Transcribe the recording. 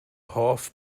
hoff